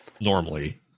normally